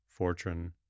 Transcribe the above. Fortran